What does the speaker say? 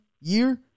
year